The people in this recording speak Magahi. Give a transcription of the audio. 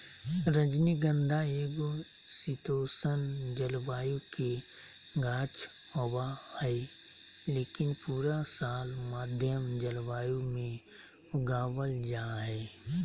रजनीगंधा एगो शीतोष्ण जलवायु के गाछ होबा हय, लेकिन पूरा साल मध्यम जलवायु मे उगावल जा हय